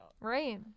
Right